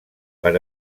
per